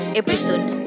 episode